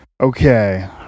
okay